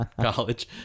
college